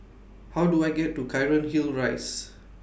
How Do I get to Cairnhill Rise